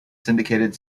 syndicated